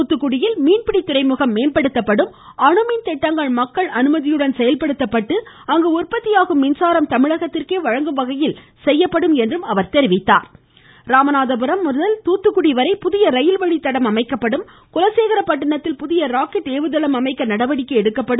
தூத்துகுடியில் மீன்பிடி துறைமுகம் மேம்படுத்தப்படும் அணுமின்திட்டங்கள் மக்கள் அனுமதியுடன் செயல்படுத்தப்பட்டு அங்கு உற்பத்தியாகும் மின்சாரம் தமிழகத்திற்கே வழங்கும் வகையில் செய்யப்படும் என்று தெரிவித்தார் ராமநாதபுரம் முதல் துாத்துகுடி வரை புதிய ரயில்வழி தடம் அமைக்கப்படும் குலசேகரப்பட்டிணத்தில் புதிய ராக்கெட் ஏவுதளம் அமைக்க நடவடிக்கை எடுக்கப்படும்